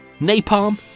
napalm